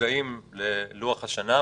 מודעים ללוח השנה,